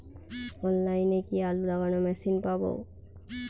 অনলাইনে কি আলু লাগানো মেশিন পাব?